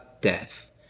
death